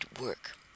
work